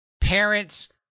Parents